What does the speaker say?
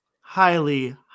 highly